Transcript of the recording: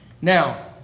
Now